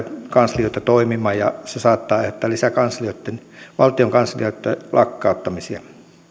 kanslioita tulee toimimaan ja se saattaa aiheuttaa lisää valtion kanslioitten lakkauttamisia